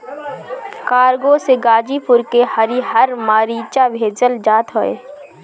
cargo से गाजीपुर के हरिहर मारीचा भेजल जात हवे